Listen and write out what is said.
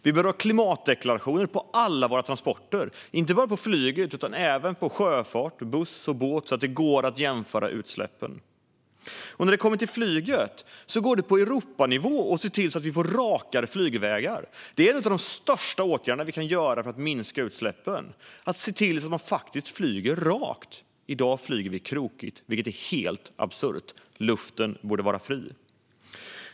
Vi behöver ha klimatdeklarationer på alla våra transporter - inte bara på flyget utan även på sjöfart, buss och båt, så att det går att jämföra utsläppen. När det kommer till flyget går det att på Europanivå se till att vi får rakare flygvägar. Detta - att se till att man faktiskt flyger rakt - är en av de största åtgärder vi kan vidta för att minska utsläppen. I dag flyger vi krokigt, vilket är helt absurt. Luften borde vara fri.